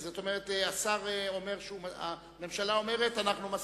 אומרת: אנחנו מסכימים,